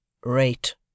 rate